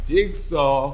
Jigsaw